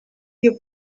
your